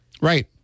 Right